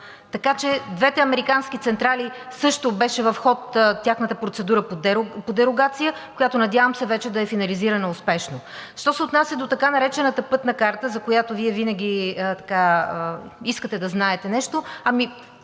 Така че двете американски централи – също беше в ход тяхната процедура по дерогация, която, надявам се, вече да е финализирана успешно. Що се отнася до така наречената „Пътна карта“, за която Вие винаги искате да знаете нещо.